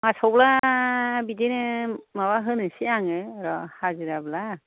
मासावब्ला बिदिनो माबा होनोसै आङो र' हाजिराब्ला